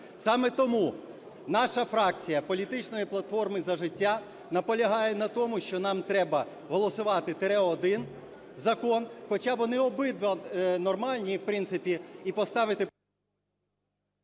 Саме тому наша фракція "Політичної платформи - За життя" наполягає на тому, що нам треба голосувати "тире один" закон, хоча вони обидва нормальні, в принципі, і поставити…